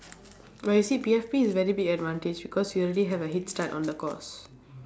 but you see P_F_P is very big advantage because you already have a head start on the course